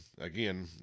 Again